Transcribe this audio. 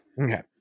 Okay